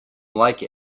like